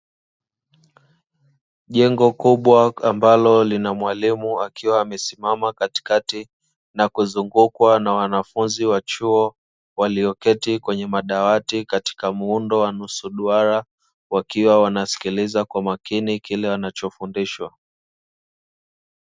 Jengo kubwa ambalo lina mwalimu akiwa amesimama katikati na kuzungukwa na wanafunzi wa chuo walioketi kwenye madawati katika muundo wa nusu duara, wakiwa wanaskiliza kwa makini kile wanachofundishwa.